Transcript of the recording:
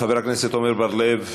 חבר הכנסת עמר בר-לב,